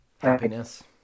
happiness